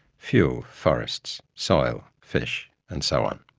fuel, forests, soils, fish, and so on.